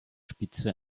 spitze